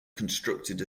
constructed